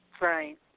Right